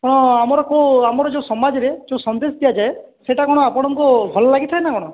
ଆପଣ ଆମର କେଉଁ ଆମର ଯେଉଁ ସମାଜରେ ଯେଉଁ ସନ୍ଦେଶ ଦିଆଯାଏ ସେଇଟା କ'ଣ ଆପଣଙ୍କୁ ଭଲ ଲାଗିଥାଏ ନା କ'ଣ